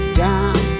down